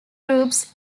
groups